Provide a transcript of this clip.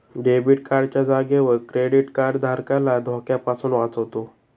debit card च्या जागेवर credit card धारकाला धोक्यापासून वाचवतो